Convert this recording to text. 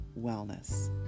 wellness